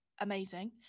amazing